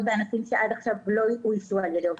בענפים שעד עכשיו לא אוישו על ידי עובדים ישראלים.